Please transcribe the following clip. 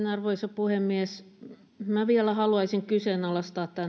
arvoisa puhemies vielä haluaisin kyseenalaistaa